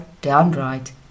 downright